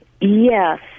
Yes